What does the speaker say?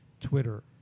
Twitter